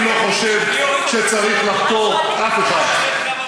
אני חושב שלא צריך לחקור אף אחד.